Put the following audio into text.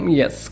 yes